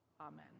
Amen